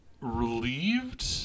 relieved